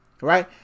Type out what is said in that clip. right